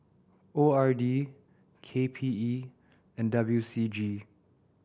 O R D K P E and W C G